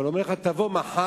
אבל הוא אומר לך: תבוא מחר,